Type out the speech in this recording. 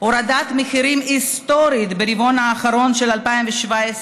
הורדת מחירים היסטורית ברבעון האחרון של 2017,